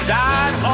died